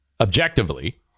objectively